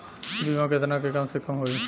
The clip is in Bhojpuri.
बीमा केतना के कम से कम होई?